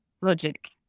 logic